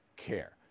care